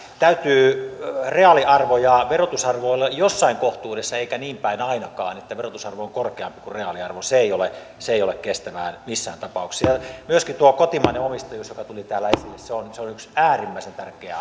täytyy reaaliarvon ja verotusarvon olla jossain kohtuudessa eikä niin päin ainakaan että verotusarvo on korkeampi kuin reaaliarvo se ei ole kestävää missään tapauksessa ja myöskin tuo kotimainen omistajuus joka tuli täällä esille on yksi äärimmäisen tärkeä